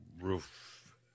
roof